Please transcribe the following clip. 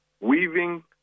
weaving